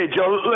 Joe